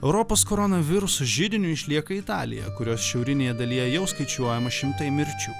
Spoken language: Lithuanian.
europos corona viruso židiniu išlieka italija kurios šiaurinėje dalyje jau skaičiuojama šimtai mirčių